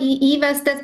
į įvestas